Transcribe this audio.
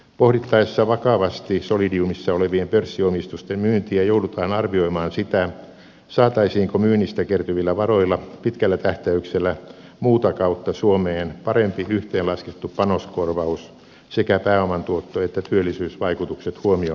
pohdittaessa vakavasti solidiumissa olevien pörssiomistusten myyntiä joudutaan arvioimaan sitä saataisiinko myynnistä kertyvillä varoilla pitkällä tähtäyksellä muuta kautta suomeen parempi yhteenlaskettu panoskorvaus sekä pääoman tuotto että työllisyysvaikutukset huomioon ottaen